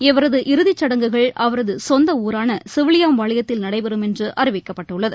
இவரது இறுதிச்சடங்குகள் அவரது சொந்த ஊரான சிவிலியம்பாளையத்தில் நடைபெறும் என்று அறிவிக்கப்பட்டுள்ளது